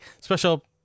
special